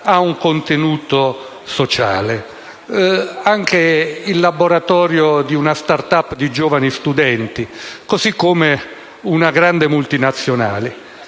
ha un connotato sociale, anche il laboratorio di una *start-up* di giovani studenti, così come una grande multinazionale.